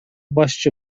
башчы